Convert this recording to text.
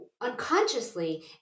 unconsciously